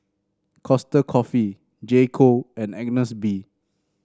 Costa Coffee J Co and Agnes B